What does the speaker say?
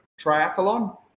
triathlon